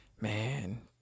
Man